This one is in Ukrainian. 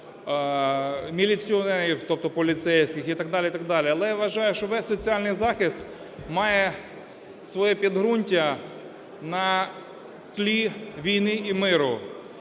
міліціонерів, тобто поліцейських, і так далі, і так далі. Але я вважаю, що весь соціальний захист має своє підґрунтя на тлі війни і миру.